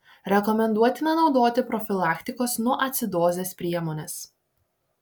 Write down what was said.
rekomenduotina naudoti profilaktikos nuo acidozės priemones